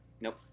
nope